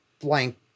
blank